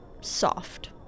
soft